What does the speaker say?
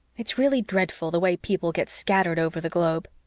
it's really dreadful the way people get scattered over the globe.